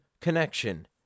connection